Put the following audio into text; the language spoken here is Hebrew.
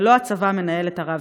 ולא הצבא מנהל את הרבש"ץ.